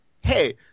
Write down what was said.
hey